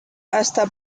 hasta